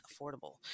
affordable